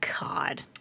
God